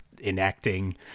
enacting